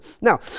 Now